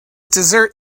dessert